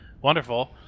Wonderful